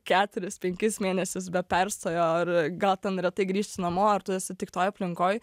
keturis penkis mėnesius be perstojo ar gal ten retai grįžti namo ar tu esi tik toj aplinkoj